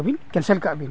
ᱟᱵᱤᱱ ᱠᱟᱜ ᱵᱤᱱ